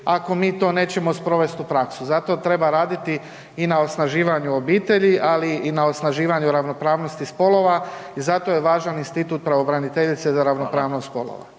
ako mi to nećemo sprovest u praksu. Zato treba raditi i na osnaživanju obitelji, ali i na osnaživanju ravnopravnosti spolova i zato je važan institut pravobraniteljice za ravnopravnost spolova.